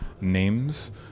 names